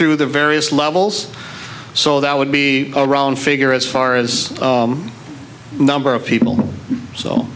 through the various levels so that would be around figure as far as the number of people so